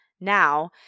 now